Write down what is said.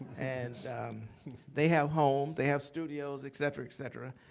and they have homes. they have studios, et cetera, et cetera.